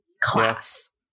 class